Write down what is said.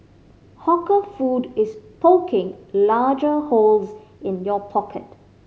hawker food is poking larger holes in your pocket